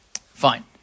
Fine